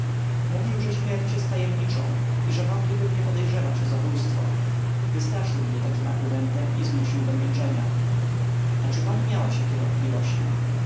mówił że śmierć jest tajemniczą i że mogliby mnie podejrzewać o zabójstwo wystraszył mnie takim argumentem i zmusił do milczenia a czy pani miałaś jakie wątpliwości